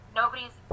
nobody's